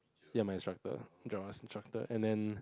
ya my instructor drama's instructor and then